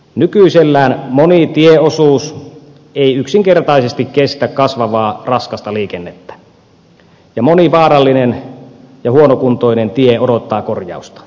nykyisellään moni tieosuus ei yksinkertaisesti kestä kasvavaa raskasta liikennettä ja moni vaarallinen ja huonokuntoinen tie odottaa korjausta